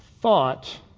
thought